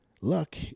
luck